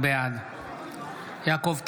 בעד יעקב טסלר,